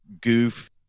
goof